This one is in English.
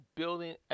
building